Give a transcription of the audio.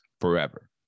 forever